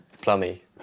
Plummy